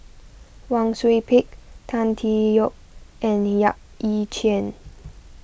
Wang Sui Pick Tan Tee Yoke and Yap Ee Chian